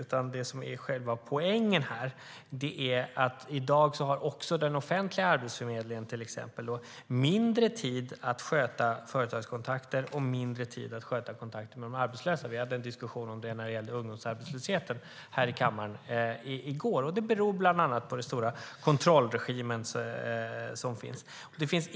Min poäng är att den offentliga Arbetsförmedlingen i dag har mindre tid att sköta företagskontakter och kontakter med de arbetslösa. Vi hade en diskussion om detta i kammaren i går när vi debatterade ungdomsarbetslösheten, och det beror bland annat på den stora kontrollregim som finns.